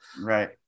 Right